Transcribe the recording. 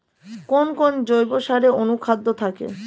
কোন কোন জৈব সারে অনুখাদ্য থাকে?